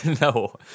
No